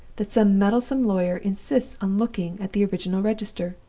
that some meddlesome lawyer insists on looking at the original register?